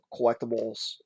collectibles